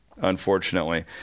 unfortunately